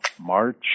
*March*